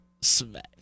Smack